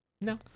No